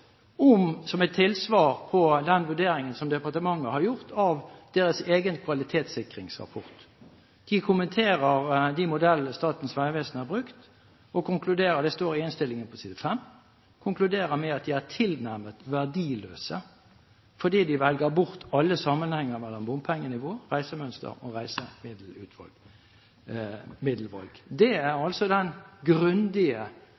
Om denne grundige vurderingen som altså ligger til grunn for regjeringens og Samferdselsdepartementets konklusjon, sier konsulentfirmaene Holte Consulting og Vista Analyse, som er håndplukket og finsiktet av Finansdepartementet, følgende, som et tilsvar på den vurderingen som departementet har gjort av deres egen kvalitetssikringsrapport: De kommenterer de modellene som Statens vegvesen har brukt, og konkluderer – som det står i innstillingen, side 5 – med